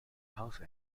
house